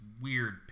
weird